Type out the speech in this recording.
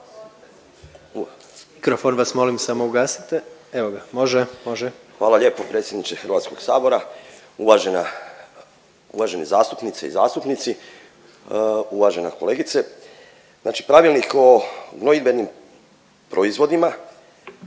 vas molim samo ugasite. Evo ga, može, može. **Dabro, Josip (DP)** Hvala lijepo predsjedniče HS-a. Uvažena, uvaženi zastupnice i zastupnici, uvažena kolegice, znači pravilnik o gnojidbenim proizvodima